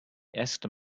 asked